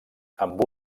amb